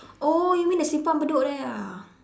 oh you mean the simpang-bedok there ah